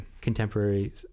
contemporary